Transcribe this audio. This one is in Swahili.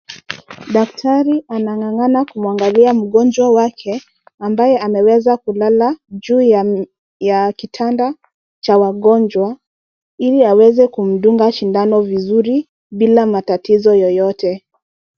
Daktari anang'ang'ana kumwangalia mgonjwa wake ambaye ameweza kulala juu ya kitanda cha wagonjwa ili aweze kumdunga sindano vizuri bila matatizo yoyote.